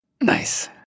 Nice